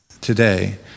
today